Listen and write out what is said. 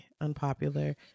unpopular